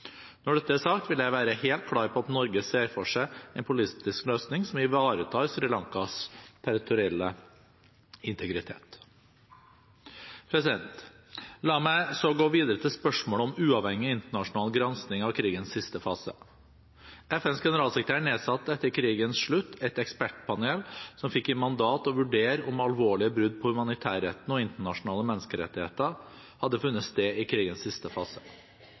Når dette er sagt, vil jeg være helt klar på at Norge ser for seg en politisk løsning som ivaretar Sri Lankas territorielle integritet. La meg så gå videre til spørsmålet om uavhengig internasjonal gransking av krigens siste fase. FNs generalsekretær nedsatte etter krigens slutt et ekspertpanel som fikk i mandat å vurdere om alvorlige brudd på humanitærretten og internasjonale menneskerettigheter hadde funnet sted i krigens siste fase.